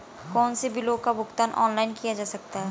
कौनसे बिलों का भुगतान ऑनलाइन किया जा सकता है?